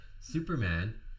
Superman